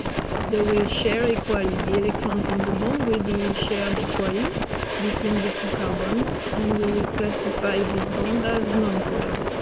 they will share equally the electrons in the bond will be shared equally between the two carbons, and we will classify this bond as non polar